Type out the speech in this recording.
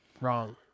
wrong